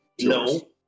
No